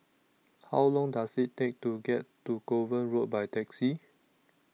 How Long Does IT Take to get to Kovan Road By Taxi